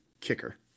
kicker